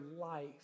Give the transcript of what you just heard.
life